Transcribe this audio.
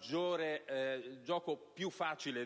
sempre gioco più facile